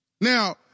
Now